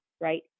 right